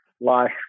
life